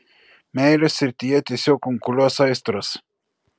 meilės srityje tiesiog kunkuliuos aistros